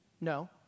No